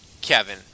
Kevin